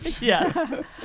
Yes